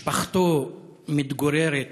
משפחתו מתגוררת